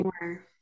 more